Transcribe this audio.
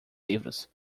livros